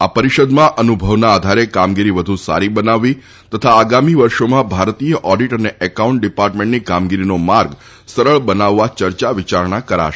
આ પરિષદમાં અનુભવના આધારે કામગીરી વધુ સારી બનાવવી તથા આગામી વર્ષોમાં ભારતીય ઓડિટ અને એકાઉન્ટ ડિપાર્ટમેન્ટની કામગીરીનો માર્ગ સરળ બનાવવા ચર્ચા વિચારણા કરાશે